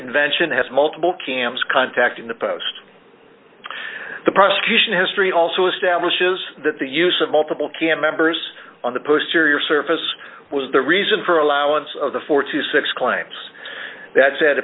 invention has multiple cams contacting the post the prosecution history also establishes that the use of multiple cam members on the poster your surface was the reason for allowance of the four to six claims that said